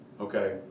Okay